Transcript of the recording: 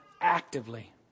actively